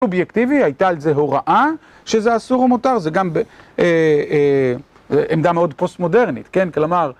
הייתה על זה הוראה שזה אסור ומותר, זה גם עמדה מאוד פוסט מודרנית, כן? כלומר